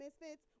Misfits